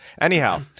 Anyhow